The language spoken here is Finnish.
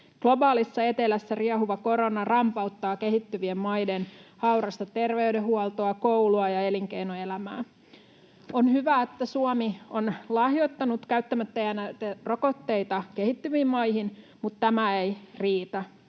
Globaalissa etelässä riehuva korona rampauttaa kehittyvien maiden haurasta terveydenhuoltoa, koulua ja elinkeinoelämää. On hyvä, että Suomi on lahjoittanut käyttämättä jääneitä rokotteita kehittyviin maihin, mutta tämä ei riitä.